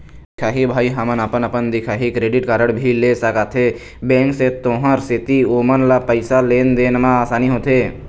दिखाही भाई हमन अपन अपन दिखाही क्रेडिट कारड भी ले सकाथे बैंक से तेकर सेंथी ओमन ला पैसा लेन देन मा आसानी होथे?